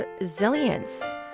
resilience